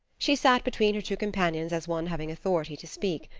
she sat between her two companions as one having authority to speak.